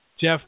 Jeff